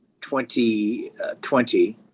2020